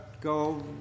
go